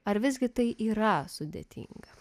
ar visgi tai yra sudėtinga